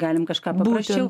galim kažką paprasčiau